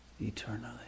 eternally